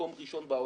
מקום ראשון בעולם.